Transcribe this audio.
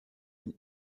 den